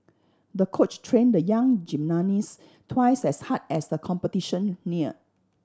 the coach trained the young gymnast twice as hard as the competition neared